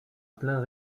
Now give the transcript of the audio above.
plein